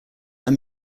are